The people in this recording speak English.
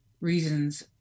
reasons